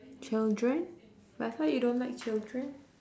children but I thought you don't like children